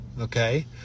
Okay